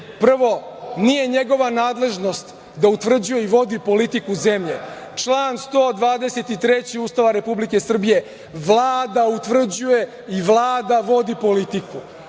Prvo, nije njegova nadležnost da utvrđuje i vodi politiku zemlje. Član 123. Ustava Republike Srbije – Vlada utvrđuje i Vlada vodi politiku. Drugo,